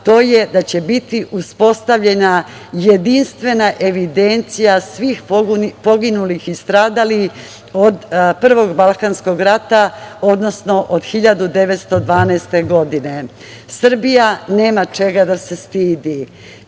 to je da će biti uspostavljena jedinstvena evidencija svih poginulih i stradalih od prvog Balkanskog rata, odnosno od 1912. godine. Srbija nema čega da se stidi.